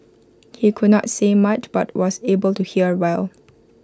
he could not say much but was able to hear well